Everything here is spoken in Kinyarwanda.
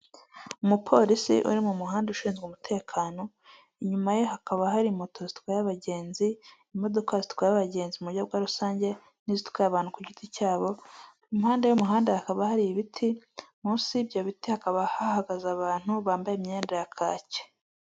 Umupolisi uri mu muhanda ushinzwe umutekano inyuma ye hakaba hari moto zitwara y'abagenzi, imodoka zitwaye abagenzi mu buryo bwa rusange n'izitwaye abantu ku giti cyabo, impande y'umuhanda hakaba hari ibiti munsi y'ibyo biti hakaba hahagaze abantu bambaye imyenda ya kaki.